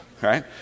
right